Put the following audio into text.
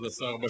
כבוד השר,